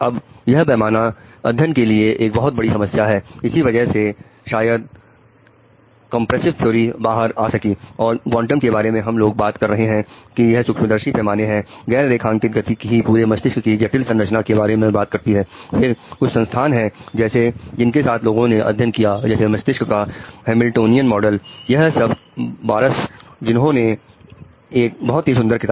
अब यह पैमाना अध्ययन के लिए एक बहुत बड़ी समस्या है इसी वजह से शायद कंप्रेसिव थ्योरीहै